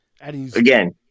again